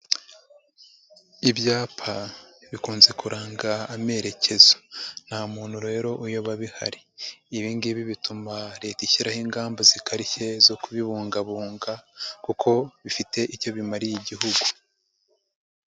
Ibyapa bikunze kuranga amerekezo nta muntu rero uyoba bihari, ibi ngibi bituma Leta ishyiraho ingamba zikarishye zo kubibungabunga kuko bifite icyo bimariye Igihugu.